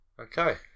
Okay